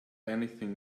anything